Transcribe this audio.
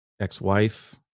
ex-wife